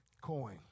coin